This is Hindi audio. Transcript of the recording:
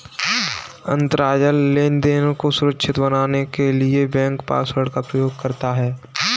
अंतरजाल लेनदेन को सुरक्षित बनाने के लिए बैंक पासवर्ड का प्रयोग करता है